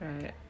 right